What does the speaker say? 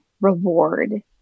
reward